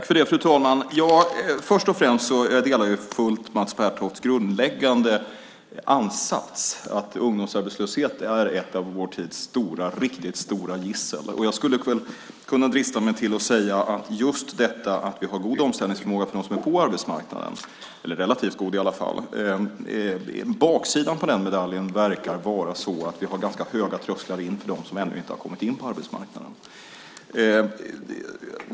Fru talman! Jag delar helt och fullt Mats Pertofts grundläggande ansats, att ungdomsarbetslösheten är ett av vår tids riktigt stora gissel. Jag skulle kunna drista mig till att säga att omställningsförmågan i alla fall är relativt god när det gäller dem som finns på arbetsmarknaden. Men baksidan av den medaljen verkar vara att vi har ganska höga trösklar in för dem som ännu inte har kommit in på arbetsmarknaden.